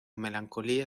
melancolía